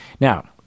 Now